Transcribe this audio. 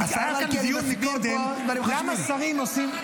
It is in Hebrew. כי היה דיון פה קודם למה שרים עושים